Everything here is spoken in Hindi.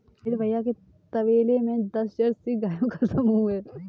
मेरे भैया के तबेले में दस जर्सी गायों का समूह हैं